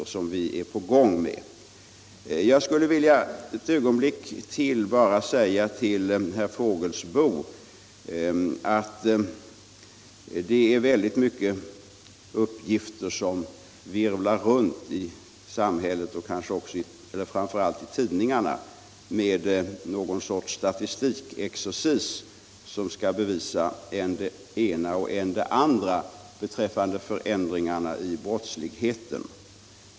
Jag skulle bara ytterligare vilja säga till herr Fågelsbo att många uppgifter virvlar runt i samhället, kanske framför allt i tidningarna, med någon sorts statistikexercis, som anses kunna bevisa än det ena och än det andra beträffande förändringarna i brottsligheten.